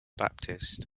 baptist